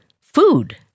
food